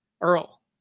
Earl